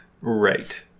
Right